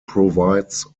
provides